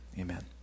Amen